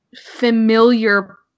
familiar